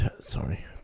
Sorry